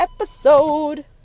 episode